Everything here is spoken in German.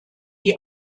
die